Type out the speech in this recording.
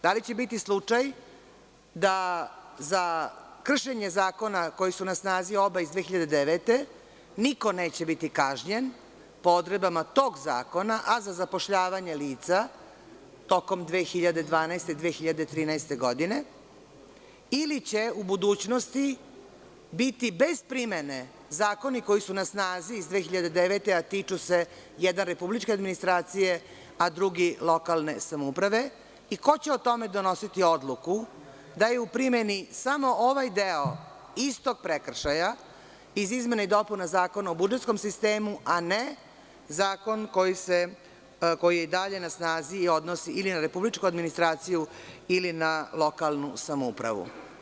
Da li će biti slučaj da za kršenje zakona, koji su na snazi oba iz 2009. godine, niko neće biti kažnjen po odredbama tog zakona, a za zapošljavanje lica tokom 2012. i 2013. godine ili će u budućnosti biti bez primene zakoni koji su na snazi iz 2009. godine, a tiču se republičke administracije i lokalne samouprave i ko će o tome donositi odluku da je u primeni samo ovaj deo istog prekršaja iz izmena i dopuna Zakona o budžetskom sistemu, a ne zakon koji je i dalje na snazi i odnosi se ili na republičku administraciju ili na lokalnu samoupravu?